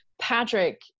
patrick